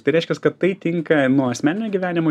tai reiškias kad tai tinka nuo asmeninio gyvenimo